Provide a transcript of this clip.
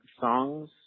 songs